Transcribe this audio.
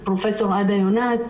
פרופסור עדה יונת,